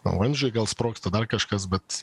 na vamzdžiai gal sprogsta dar kažkas bet